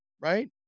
right